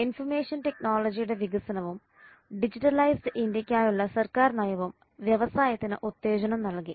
information ടെക്നോളജിയുടെ വികസനവും digitalised ഇന്ത്യയ്ക്കായുള്ള സർക്കാർ നയവും വ്യവസായത്തിന് ഉത്തേജനം നൽകി